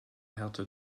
härte